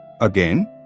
Again